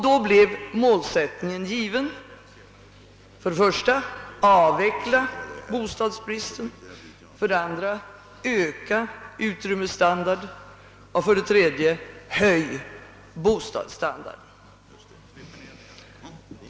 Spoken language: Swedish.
Då blev målsättningen given: för det första att avveckla bostadsbristen, för det andra att öka utrymmet och för det tredje att höja bostadsstandarden.